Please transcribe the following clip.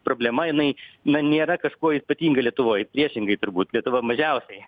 problema jinai na nėra kažkuo ypatinga lietuvoj priešingai turbūt lietuva mažiausiai